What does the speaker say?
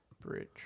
bridge